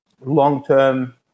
long-term